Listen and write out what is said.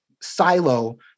silo